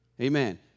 Amen